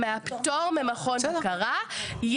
מהפטור ממכון בקרה,